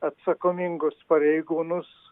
atsakomingus pareigūnus